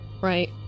right